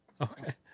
Okay